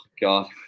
God